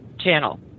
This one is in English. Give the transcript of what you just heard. channel